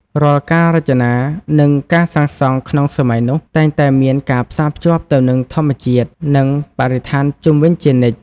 រាល់ការរចនា និងការសាងសង់ក្នុងសម័យនោះ តែងតែមានការផ្សារភ្ជាប់ទៅនឹងធម្មជាតិ និងបរិស្ថានជុំវិញជានិច្ច។